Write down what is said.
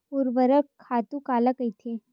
ऊर्वरक खातु काला कहिथे?